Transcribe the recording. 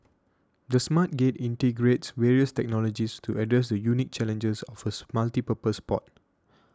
the Smart Gate integrates various technologies to address the unique challenges of a multipurpose port